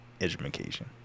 education